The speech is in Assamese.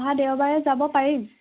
অহা দেওবাৰে যাব পাৰিম